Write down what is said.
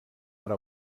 ara